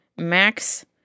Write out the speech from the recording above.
max